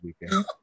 weekend